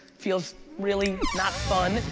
feels really not fun,